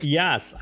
yes